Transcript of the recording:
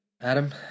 Adam